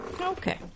Okay